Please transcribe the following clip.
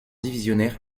divisionnaire